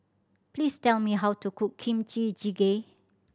please tell me how to cook Kimchi Jjigae